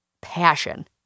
passion